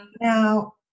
now